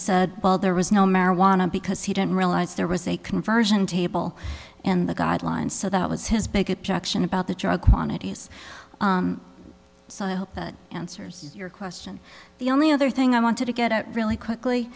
said there was no marijuana because he didn't realize there was a conversion table in the guidelines so that was his big objection about the drug quantities so i hope that answers your question the only other thing i wanted to get out really quickly